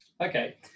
Okay